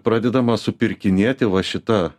pradedama supirkinėti va šita